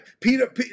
Peter